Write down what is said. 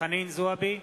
חנין זועבי,